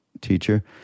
teacher